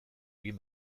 egin